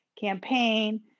campaign